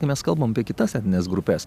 tai mes kalbam apie kitas etnines grupes